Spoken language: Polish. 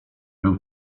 był